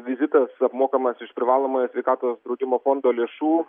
vizitas apmokamas iš privalomojo sveikatos draudimo fondo lėšų